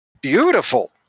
beautiful